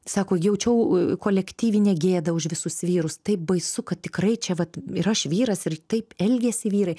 sako jaučiau kolektyvinę gėdą už visus vyrus taip baisu kad tikrai čia vat ir aš vyras ir taip elgiasi vyrai